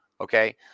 Okay